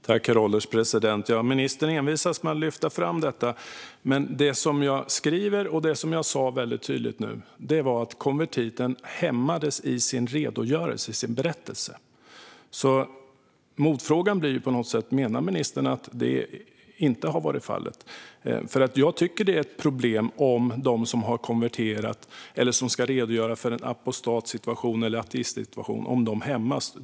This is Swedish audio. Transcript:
Herr ålderspresident! Ministern envisas med att lyfta fram detta, men det som jag tydligt skriver och säger är att konvertiten hämmades i sin redogörelse, i sin berättelse. Motfrågan blir: Menar ministern att det inte har varit fallet? Jag tycker naturligtvis att det avgjort är ett problem om de som har konverterat eller som ska redogöra för en apostatsituation eller ateistsituation hämmas.